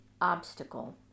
obstacle